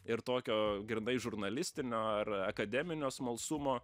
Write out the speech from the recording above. ir tokio grynai žurnalistinio ar akademinio smalsumo